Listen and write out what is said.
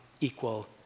equal